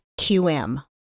QM